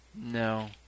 No